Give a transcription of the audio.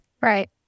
Right